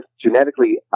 genetically